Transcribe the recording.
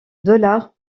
dollars